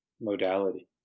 modality